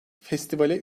festivale